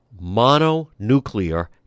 mononuclear